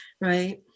right